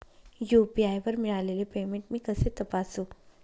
UPI वर मिळालेले payment मी कसे तपासू?